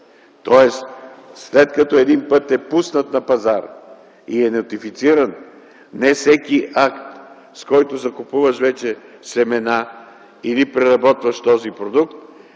Тоест, след като един път е пуснат на пазара и е нотифициран не всеки акт, с който закупуваш вече семена, или преработваш този продукт,